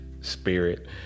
spirit